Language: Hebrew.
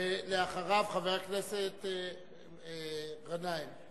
ואחריו, חבר הכנסת גנאים.